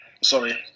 Sorry